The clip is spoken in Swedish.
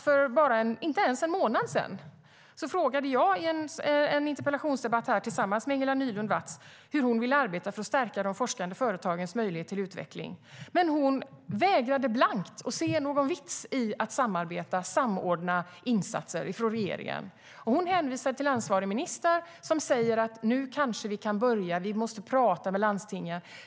För inte ens en månad sedan frågade jag i en interpellationsdebatt här tillsammans med Ingela Nylund Watz hur man vill arbeta för att stärka de forskande företagens möjlighet till utveckling. Man vägrade blankt att se någon vits i att samarbeta och samordna insatser från regeringen, och hänvisade till ansvarig minister som sade: Nu kanske vi kan börja. Vi måste prata med landstingen.